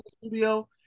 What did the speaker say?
Studio